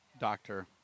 doctor